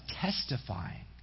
testifying